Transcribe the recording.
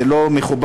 זה לא מכובד,